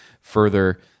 further